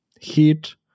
heat